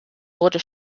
wurde